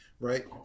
Right